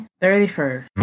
31st